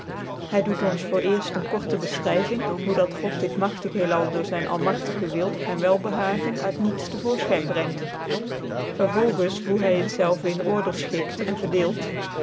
hy doet ons voor cerft een korte bcfchryving hoe dat god dit mngtig heelal door zyn almngtigc wil cn welbehagen uit niet tc voorfchyn brengt vervolgens hoe hy het zelve in order fchikt cn verdeelt